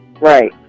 Right